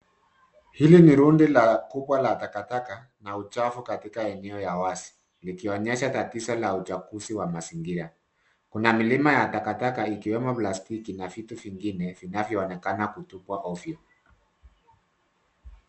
Hili ni rundi la kubwa la takataka na uchafu katika eneo ya wazi, likionyesha tatizo la uchafuzi wa mazingira. Kuna milima ya takataka ikiwemo plastiki na vitu vingine vinvyoonekana kutupwa ovyo.